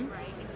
right